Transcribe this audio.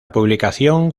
publicación